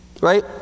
right